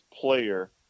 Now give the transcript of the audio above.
player